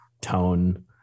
tone